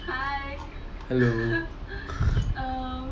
hello